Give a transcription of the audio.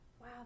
Wow